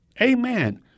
Amen